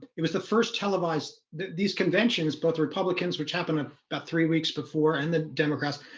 it was the first televised these conventions both republicans which happened ah about three weeks before and the democrats.